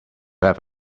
have